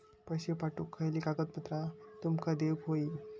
पैशे पाठवुक खयली कागदपत्रा तुमका देऊक व्हयी?